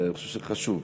אני חושב שזה חשוב.